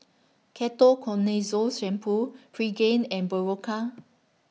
Ketoconazole Shampoo Pregain and Berocca